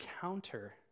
counter